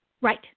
Right